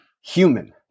human